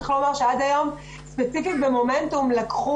צריך לומר שעד היום ספציפית במומנטום לקחו